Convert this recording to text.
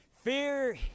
Fear